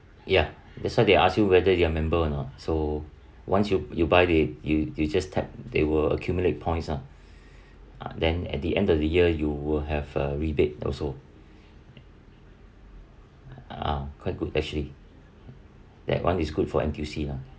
ya that's why they ask you whether you are member or not so once you you buy it you you just tap they will accumulate points ah then at the end of the year you will have a rebate also ah quite good actually that [one] is good for N_T_U_C lah